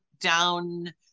down